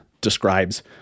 describes